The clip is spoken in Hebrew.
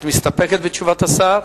את מסתפקת בתשובת השר?